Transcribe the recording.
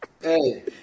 Hey